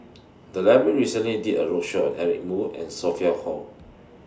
The Library recently did A roadshow on Eric Moo and Sophia Hull